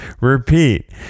Repeat